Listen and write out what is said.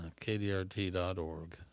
KDRT.org